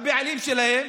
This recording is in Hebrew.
הבעלים שלה,